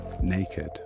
naked